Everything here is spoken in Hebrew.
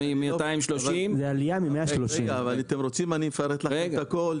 אם אתם רוצים אני אפרט לכם את הכל.